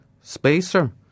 Spacer